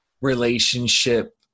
relationship